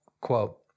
Quote